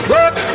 Work